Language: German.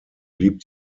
blieb